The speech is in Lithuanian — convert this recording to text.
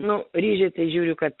nu ryžiai tai žiūriu kad